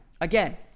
Again